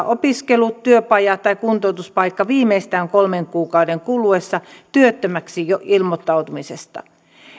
opiskelu työpaja tai kuntoutuspaikka viimeistään kolmen kuukauden kuluessa työttömäksi ilmoittautumisesta